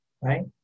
right